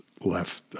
left